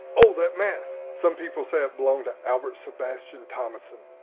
oh that mask. some people say it belonged to albert sebastian thomason.